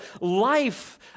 life